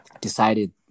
decided